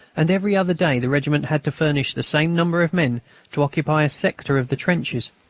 and every other day the regiment had to furnish the same number of men to occupy a sector of the trenches.